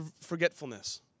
forgetfulness